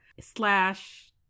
slash